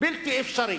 בלתי אפשרי.